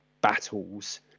battles